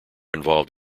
involved